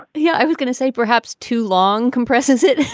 but yeah, i was going to say perhaps too long compresses it,